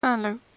Hello